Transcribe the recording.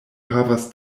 havas